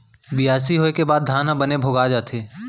बियासी होय के बाद धान ह बने भोगा जाथे